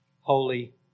holy